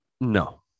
No